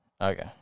Okay